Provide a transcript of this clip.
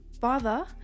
father